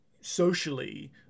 socially